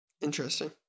Interesting